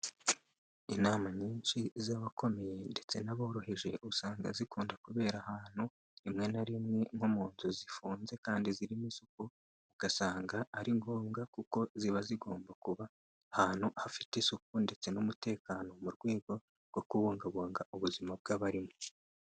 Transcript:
Inama nyinshi z'abakomeye, ndetse n'aboroheje, usanga zikunda kubera ahantu, rimwe na rimwe nko mu nzu zifunze kandi zirimo isuku, ugasanga ari ngombwa kuko ziba zigomba kuba ahantu hafite isuku, ndetse n'umutekano, mu rwego rwo kubungabunga, ubuzima bw'abarimo.